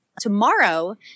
tomorrow